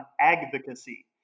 advocacy